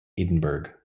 edinburgh